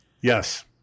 Yes